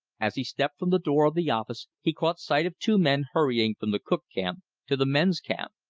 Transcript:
as he stepped from the door of the office he caught sight of two men hurrying from the cook camp to the men's camp.